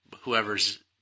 whoever's